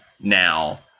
now